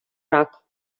рак